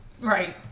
Right